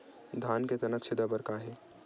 धान के तनक छेदा बर का हे?